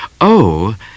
Oh